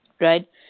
Right